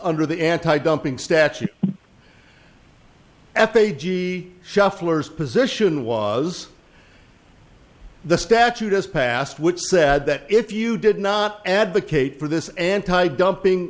under the antidumping statute f a g shufflers position was the statute has passed which said that if you did not advocate for this anti dumping